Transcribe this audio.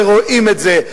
ורואים את זה,